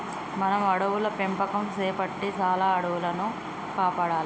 మనం అడవుల పెంపకం సేపట్టి చాలా అడవుల్ని కాపాడాలి